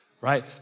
right